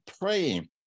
praying